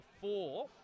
four